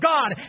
God